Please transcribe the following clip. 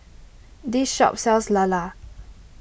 this shop sells Lala